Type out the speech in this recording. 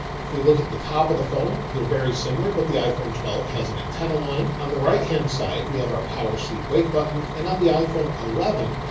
if we look at the top of the phone, they're very similar, but the iphone twelve has an antenna line. on the right hand side, we have our power sleep wake button. and on the iphone eleven,